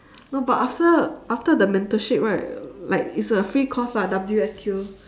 no but after after the mentorship right like it's a free course lah W_S_Q